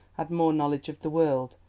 had more knowledge of the world,